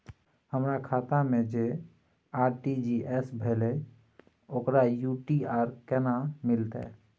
हमर खाता से जे आर.टी.जी एस भेलै ओकर यू.टी.आर केना मिलतै?